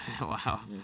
Wow